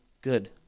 good